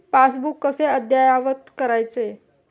Passbook कसे अद्ययावत करायचे?